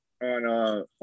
on